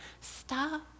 stop